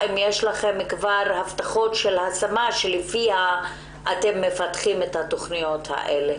כבר הבטחות של השמה שלפיהן אתם מפתחים את התוכניות האלה.